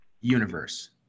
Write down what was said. universe